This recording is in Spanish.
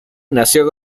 nació